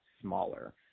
smaller